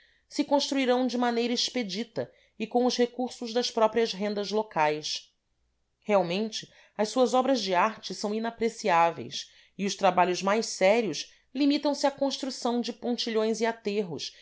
se construirão de maneira expedita e com os recursos das próprias rendas locais realmente as suas obras de arte são inapreciáveis e os trabalhos mais sérios limitam se à construção de pontilhões e aterros